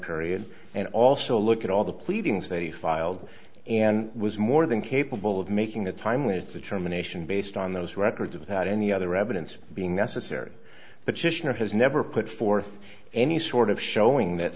period and also look at all the pleadings that he filed and was more than capable of making the time when it's determination based on those records without any other evidence being necessary but just has never put forth any sort of showing that